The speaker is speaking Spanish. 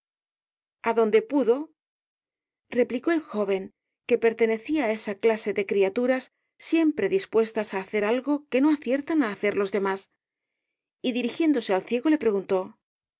adonde pudo replicó el joven que pertenecía á esa clase de criaturas siempre dispuestas á hacer algo que no aciertan á hacer los demás y dirigiéndose al ciego le preguntó